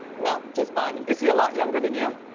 no, just bonnie. is he a lot younger than you?